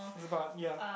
it's about yeah